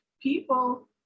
people